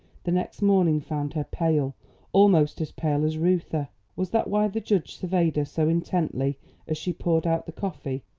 the next morning found her pale almost as pale as reuther. was that why the judge surveyed her so intently as she poured out the coffee,